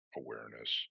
awareness